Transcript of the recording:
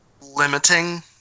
limiting